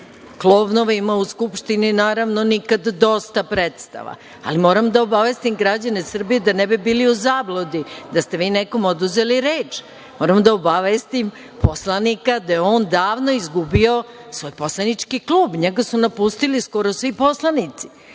Klovnovima u Skupštini, naravno, nikad dosta predstava, ali moram da obavestim građane Srbije da ne bi bili u zabludi, da ste vi nekom oduzeli reč. Moram da obavestim poslanika da je on davno izgubio svoj poslanički klub, njega su napustili skoro svi poslanici